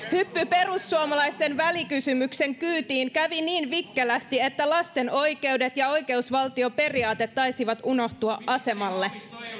perussuomalaisten välikysymyksen kyytiin kävi niin vikkelästi että lasten oikeudet ja oikeusvaltioperiaate taisivat unohtua asemalle